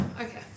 Okay